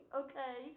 okay